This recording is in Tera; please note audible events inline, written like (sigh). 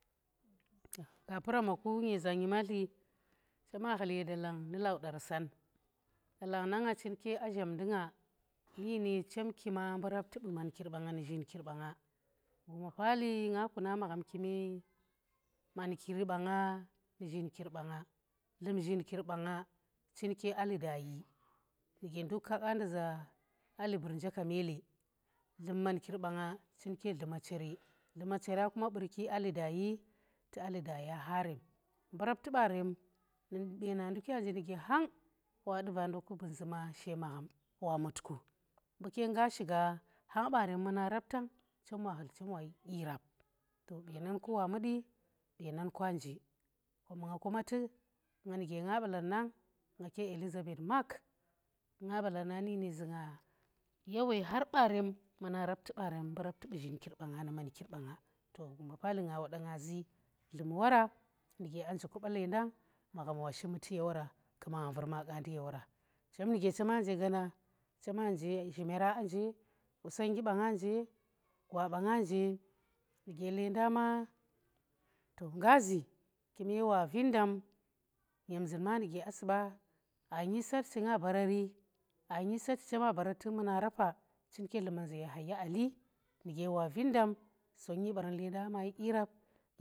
Gappuramma ku nyeza nyimatli chema khul ye dalang nu lau daran dalang nanga chin ka a zhamndinga nine chem kima mbu rapti bu man kir ba nga nu zhinkir ba nga guma paali nga kuna magham kime (noise) mankir ba nga nu zhirkir ba nga dlum zhirkir banga chin ke Ali dayi nuge nduk ka qanda za (noise) Ali burjeka mele dlum mankir ba nga chin ke dluma chere dluma charye kuma bur ki Ali dayi tu ali daya ha rem. mbu rapti barem, bana ndukya njo hang nuge wadu vaa nda ku bun zuma she magham, wa mut ku mbu ke nga shiga hang barem muna rap tang chem wa khul chem wayi dyi rap to benan kuwa mudi benan kwa nje, kom nga kuma tuk nga nuge nga balar nang nga ke Elizabeth mark nga balar na nine zunga yawe khar barem muna rapti baarem mbu rapti bu zhikir ba (noise) nga nu mankir banga, to guma paalinga woda nga zi dlum wora nuge anje lenda, magham wa shi muti yewora, chem nu ge chema nje gaana chema nje zhimera aa nje qusongnggi banga nje, gwa banga nje nuge lenda ma to nga zi kume wa vir daam nyem zun ma nuge gea su ba, aa nyi sarchi nga barari aa nyi sarchi chema barari muna rafa chinke dluman za yahaya Ali nuge wa vin dam sonyi baran lenda a mayi dyi rap, nuge nyem zun yema nu gyasu ba.